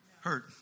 hurt